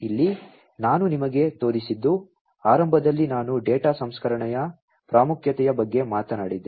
ಇಲ್ಲಿ ನಾನು ನಿಮಗೆ ತೋರಿಸಿದ್ದು ಆರಂಭದಲ್ಲಿ ನಾನು ಡೇಟಾ ಸಂಸ್ಕರಣೆಯ ಪ್ರಾಮುಖ್ಯತೆಯ ಬಗ್ಗೆ ಮಾತನಾಡಿದ್ದೇನೆ